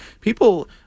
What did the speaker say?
people